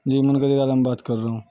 جی منکدر عالم بات کر رہا ہوں